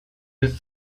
bis